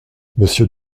monsieur